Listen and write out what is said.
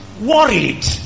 worried